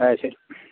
ആ ശരി